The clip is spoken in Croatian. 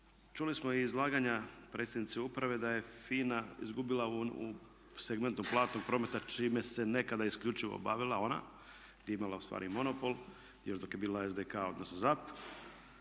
Čuli smo i izlaganja predsjednice uprave da je FINA izgubila u segmentu platnog prometa čime se nekada isključivo bavila ona di je imala u stvari i monopol još dok je bila SDK odnosno ZAP,